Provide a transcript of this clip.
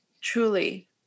Truly